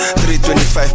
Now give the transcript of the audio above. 325